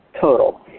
total